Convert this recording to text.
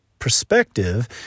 perspective